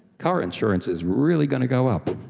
car insurance is really going to go up.